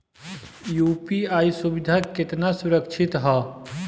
UPI सुविधा केतना सुरक्षित ह?